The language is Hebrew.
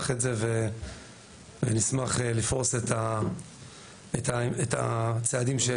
את זה ונשמח לפרוס את הצעדים שנעשו.